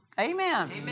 Amen